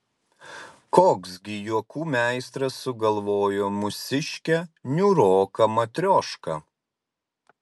koks gi juokų meistras sugalvojo mūsiškę niūroką matriošką